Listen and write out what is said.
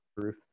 proof